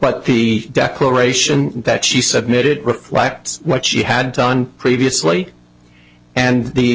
but the declaration that she submitted reflects what she had done previously and the